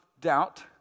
doubt